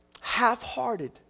half-hearted